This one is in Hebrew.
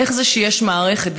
איך זה שיש מערכת,